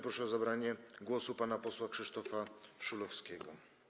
Proszę o zabranie głosu pana posła Krzysztofa Szulowskiego.